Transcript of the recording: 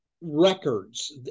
records